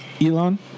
Elon